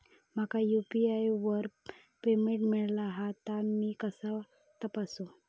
माका यू.पी.आय वर पेमेंट मिळाला हा ता मी कसा तपासू?